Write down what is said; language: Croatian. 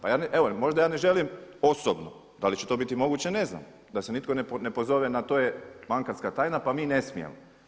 Pa evo možda ja ne želim osobno, da li će to biti moguće ne znam da se nitko ne pozove na to je bankarska tajna pa mi ne smijemo.